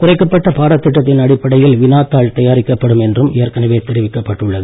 குறைக்கப்பட்ட பாட திட்டத்தின் அடிப்படையில் வினாத் தாள் தயாரிக்கப்படும் என்றும் ஏற்கனவே தெரிவிக்கப்பட்டுள்ளது